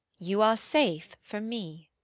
you are safe from me.